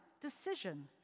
decision